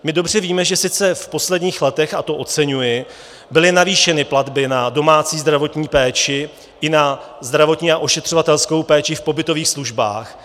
My dobře víme, že sice v posledních letech, a to oceňuji, byly navýšeny platby na domácí zdravotní péči i na zdravotní a ošetřovatelskou péči v pobytových službách.